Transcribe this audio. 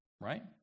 right